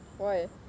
why